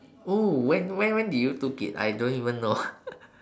oh when when when did you took it I don't even know